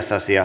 asia